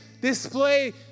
display